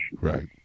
Right